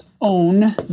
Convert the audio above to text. own